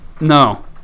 no